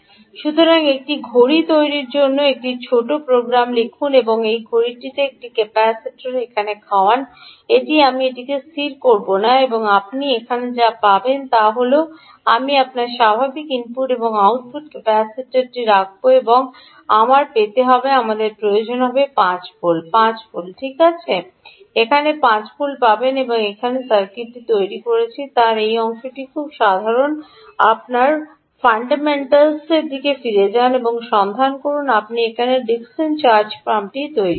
সুতরাং একটি ঘড়ি তৈরির জন্য একটি ছোট প্রোগ্রাম লিখুন এবং এই ঘড়িটিকে এই ক্যাপাসিটরকে এখানে রাখুন এটি আমি এটিকে স্থির করব না এবং আপনি এখানে যা পাবেন তা হল আমি আমার স্বাভাবিক ইনপুট এবং আউটপুট ক্যাপাসিটরটি রাখব এবং আমার পেতে হবে আমার প্রয়োজন হবে 5 ভোল্ট ডান 5 ভোল্ট বিঙ্গো আপনি এখানে 5 ভোল্ট পাবেন এবং আমি এখানে যে সার্কিটটি তৈরি করেছি তা এই অংশটি খুব সাধারণ আপনার ফান্ডামেন্টালগুলিতে ফিরে যান এবং সন্ধান করুন আপনি একটি ডিকসন চার্জ পাম্পটি তৈরি করেছেন